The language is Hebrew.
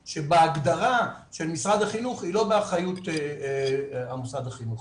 שבהגדרה של משרד החינוך היא לא באחריות המוסד החינוכי.